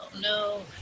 No